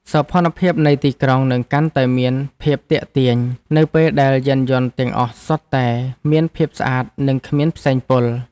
សោភ័ណភាពនៃទីក្រុងនឹងកាន់តែមានភាពទាក់ទាញនៅពេលដែលយានយន្តទាំងអស់សុទ្ធតែមានភាពស្អាតនិងគ្មានផ្សែងពុល។